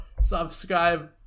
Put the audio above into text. Subscribe